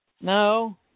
No